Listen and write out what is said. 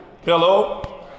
Hello